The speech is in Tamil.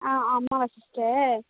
ஆ ஆமாவா சிஸ்டர்